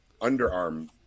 underarm